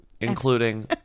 including